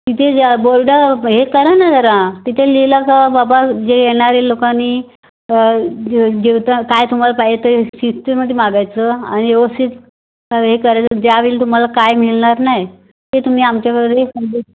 इथे जे बोर्ड हे करा ना जरा तिथे लिहिलं का बाबा जे येणारे लोकांनी जे जे काय तुम्हाला पाहिजे ते शिस्तीमध्ये मागायचं आणि व्यवस्थित हे करायचं ज्यावेळी तुम्हाला काय मिळणार नाही ते तुम्ही आमच्याकडे कम्प्लेट